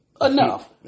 Enough